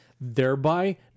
thereby